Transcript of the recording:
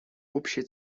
общая